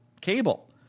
cable